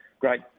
great